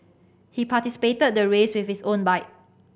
he participated the race with his own bike